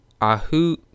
Ahu